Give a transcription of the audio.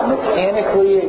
mechanically